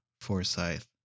Forsyth